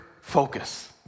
focus